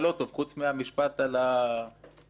חוץ מהמשפט על הפוליטיקה,